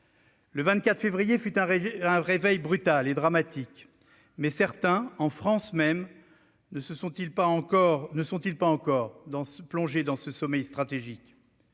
Le 24 février dernier fut un réveil brutal et dramatique, mais certains, en France même, ne sont-ils pas encore plongés dans ce sommeil stratégique ?